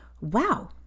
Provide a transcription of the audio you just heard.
wow